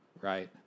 right